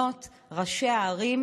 לראשי הערים,